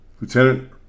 Lieutenant